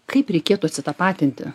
kaip reikėtų atsitapatinti